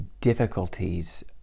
difficulties